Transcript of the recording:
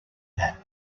that